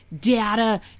data